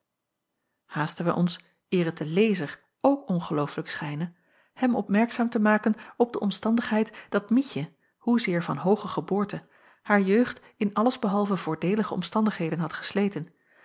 haasten wij ons eer t den lezer ook ongelooflijk schijne hem opmerkzaam te maken op de omstandigheid dat mietje hoezeer van hooge geboorte haar jeugd in alles behalve voordeelige omstandigheden had gesleten